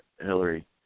Hillary